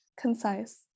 concise